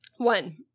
One